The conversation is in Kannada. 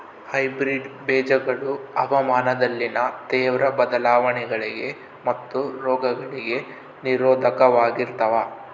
ಹೈಬ್ರಿಡ್ ಬೇಜಗಳು ಹವಾಮಾನದಲ್ಲಿನ ತೇವ್ರ ಬದಲಾವಣೆಗಳಿಗೆ ಮತ್ತು ರೋಗಗಳಿಗೆ ನಿರೋಧಕವಾಗಿರ್ತವ